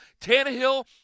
Tannehill